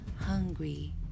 Hungry